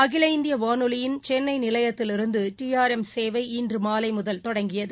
அகில இந்தியவானொலியின் சென்னைநிலையத்திலிருந்து டி ஆர் எம் சேவை இன்றுமாலைமுதல் தொடங்கியது